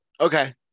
Okay